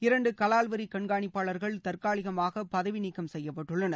இரண்டு கவால் வரி கண்காணிப்பாளர்கள் தற்காலிகமாக பதவி நீக்கம் செய்யப்பட்டுள்ளனர்